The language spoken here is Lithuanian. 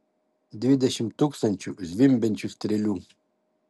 dvidešimt tūkstančių zvimbiančių strėlių